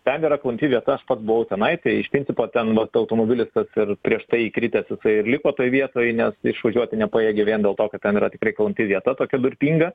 ten yra klampi vieta aš pats buvau tenai tai iš principo ten vat automobilis tas ir prieš tai įkritęs jisai ir liko toj vietoj nes išvažiuoti nepajėgė vien dėl to kad ten yra tikrai klampi vieta tokia durpinga